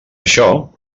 això